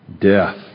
death